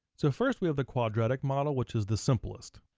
so first we have the quadratic model, which is the simplest.